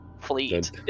fleet